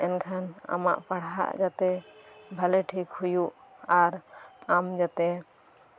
ᱮᱱᱠᱷᱟᱱ ᱟᱢᱟᱜ ᱯᱟᱲᱦᱟᱜ ᱜᱟᱛᱮ ᱵᱷᱟᱜᱮ ᱴᱷᱤᱠ ᱦᱳᱭᱳᱜ ᱟᱢ ᱡᱟᱛᱮ